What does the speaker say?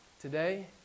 today